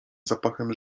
zapachem